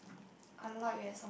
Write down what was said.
a lot you have some